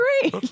great